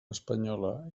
espanyola